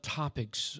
topics